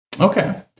Okay